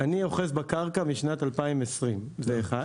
אני מחזיק בקרקע משנת 2020, קודם כל.